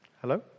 Hello